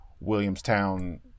Williamstown